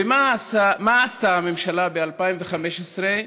ומה עשתה הממשלה ב-2015,